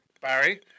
Barry